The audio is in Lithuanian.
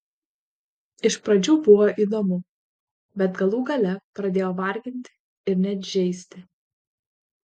iš pradžių buvo įdomu bet galų gale pradėjo varginti ir net žeisti